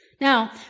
Now